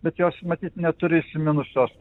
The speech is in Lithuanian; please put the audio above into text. bet jos matyt neturi įsiminusios